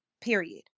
period